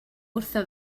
wrtho